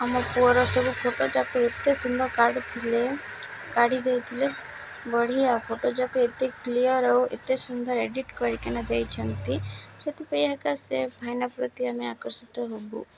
ଆମ ପୁଅର ସବୁ ଫଟୋଯାକ ଏତେ ସୁନ୍ଦର କାଢ଼ୁଥିଲେ କାଢ଼ି ଦେଇଥିଲେ ବଢ଼ିଆ ଫଟୋଯାକ ଏତେ କ୍ଲିଅର୍ ଆଉ ଏତେ ସୁନ୍ଦର ଏଡ଼ିଟ୍ କରିକିନା ଦେଇଛନ୍ତି ସେଥିପାଇଁ ଏକା ସେ ଭାଇନା ପ୍ରତି ଆମେ ଆକର୍ଷିତ ହେବୁ